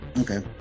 Okay